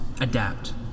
adapt